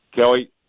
Kelly